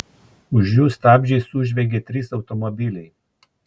už jų stabdžiais sužviegė trys automobiliai